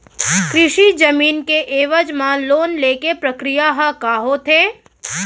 कृषि जमीन के एवज म लोन ले के प्रक्रिया ह का होथे?